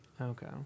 okay